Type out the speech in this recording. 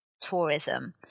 tourism